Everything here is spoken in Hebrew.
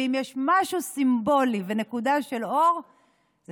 ואם יש משהו סימבולי ונקודה של אור זה